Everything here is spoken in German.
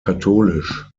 katholisch